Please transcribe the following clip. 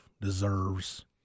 deserves –